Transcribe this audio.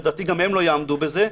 ולדעתי גם הם לא יעמדו בזה,